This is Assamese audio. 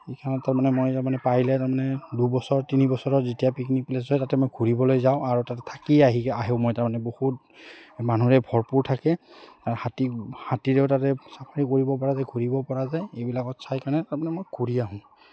এইখনত তাৰমানে মই তাৰমানে পাৰিলে তাৰমানে দুবছৰ তিনি বছৰত যেতিয়া পিকনিক প্লে'চ হয় তাতে মই ঘূৰিবলৈ যাওঁ আৰু তাতে থাকি আহিগে আহোঁ মই তাৰমানে বহুত মানুহেৰে ভৰপূৰ থাকে হাতী হাতীৰেও তাতে চাফাৰি কৰিব পৰা যায় ঘূৰিব পৰা যায় এইবিলাকত চাই কেনে তাৰমানে মই ঘূৰি আহোঁ